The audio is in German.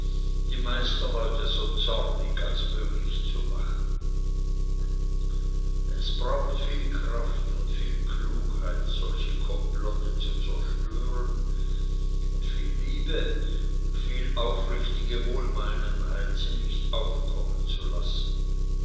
die meisterleute so zornig als möglich zu machen es braucht viel kraft und viel klugheit solche komplotte zu zerstören und viel liebe und viel aufrichtige wohlmeinenheit sie nicht aufkommen zu lassen